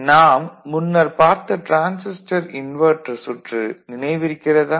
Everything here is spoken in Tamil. நாம் முன்னர் பார்த்த டிரான்சிஸ்டர் இன்வெர்ட்டர் சுற்று நினைவிருக்கிறதா